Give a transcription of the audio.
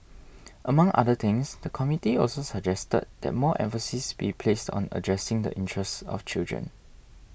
among other things the committee also suggested that more emphasis be placed on addressing the interests of children